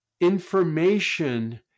information